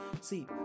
see